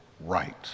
right